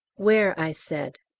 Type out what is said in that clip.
where? i said.